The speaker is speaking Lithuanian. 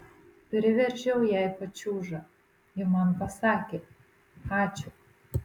priveržiau jai pačiūžą ji man pasakė ačiū